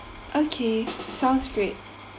okay sounds great